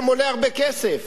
אתם רוצים לדעת כמה?